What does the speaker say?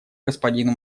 господину